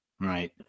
right